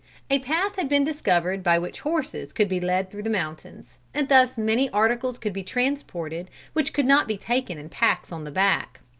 a path had been discovered by which horses could be led through the mountains, and thus many articles could be transported which could not be taken in packs on the back.